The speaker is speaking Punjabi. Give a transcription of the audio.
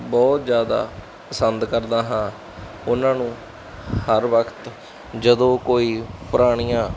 ਬਹੁਤ ਜ਼ਿਆਦਾ ਪਸੰਦ ਕਰਦਾ ਹਾਂ ਉਹਨਾਂ ਨੂੰ ਹਰ ਵਕਤ ਜਦੋਂ ਕੋਈ ਪੁਰਾਣੀਆਂ